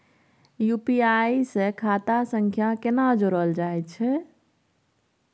UPI के खाता सं केना जोरल जाए छै?